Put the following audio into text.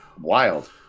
wild